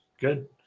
Good